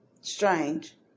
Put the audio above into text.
Strange